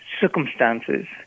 circumstances